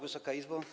Wysoka Izbo!